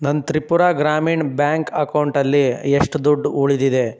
ನನ್ನ ತ್ರಿಪುರಾ ಗ್ರಾಮೀಣ್ ಬ್ಯಾಂಕ್ ಅಕೌಂಟಲ್ಲಿ ಎಷ್ಟು ದುಡ್ಡು ಉಳಿದಿದೆ